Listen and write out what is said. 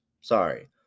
Sorry